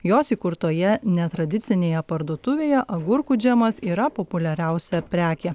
jos įkurtoje netradicinėje parduotuvėje agurkų džemas yra populiariausia prekė